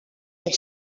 pour